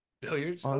Billiards